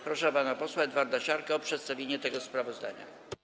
Proszę pana posła Edwarda Siarkę o przedstawienie tego sprawozdania.